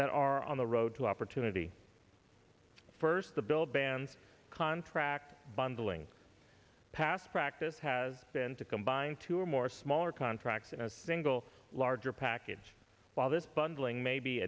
that are on the road to opportunity first the bill bans contract bundling past practice has been to combine two or more smaller contracts in a single larger package while this bundling may be